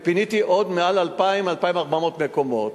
ופיניתי עוד מעל 2,000. 2,400 מקומות.